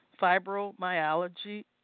fibromyalgia